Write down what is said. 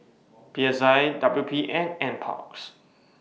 P S I W P and NParks